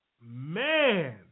Man